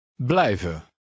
Blijven